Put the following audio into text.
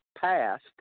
passed